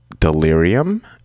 Delirium